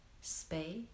space